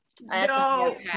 No